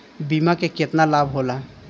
बीमा के केतना लाभ होला?